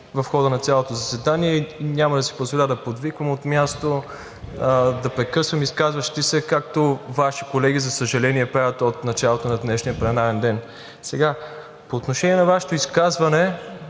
в хода на цялото заседание няма да си позволя да подвиквам от място, да прекъсвам изказващи се, както Ваши колеги, за съжаление, правят от началото на днешния пленарен ден. По отношение на Вашето изказване,